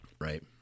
Right